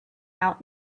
out